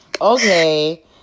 Okay